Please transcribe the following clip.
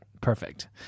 Perfect